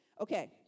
Okay